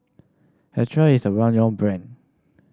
Caltrate is a well known brand